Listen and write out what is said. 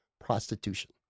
prostitution